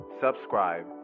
subscribe